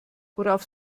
worauf